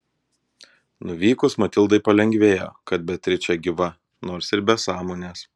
nuvykus matildai palengvėjo kad beatričė gyva nors ir be sąmonės